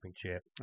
championship